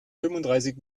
fünfunddreißig